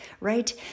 right